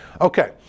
Okay